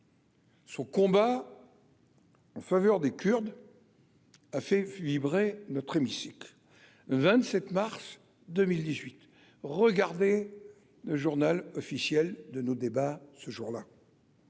Son combat. En faveur des Kurdes. à fait vibrer notre hémicycle 27 mars 2018, regardez le Journal officiel de nos débats, ce jour là.